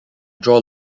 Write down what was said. draw